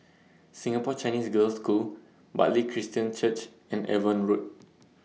Singapore Chinese Girls' School Bartley Christian Church and Avon Road